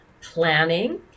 planning